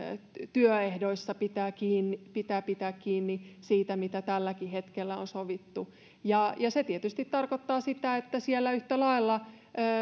työehdoissa pitää pitää kiinni siitä mitä tälläkin hetkellä on sovittu ja se tietysti tarkoittaa sitä että siellä yhtä lailla